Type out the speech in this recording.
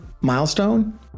milestone